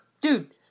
Dude